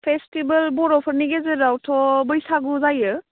festival बर'फोरनि गेजेरावथ' बैसागु जायो